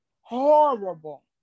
Horrible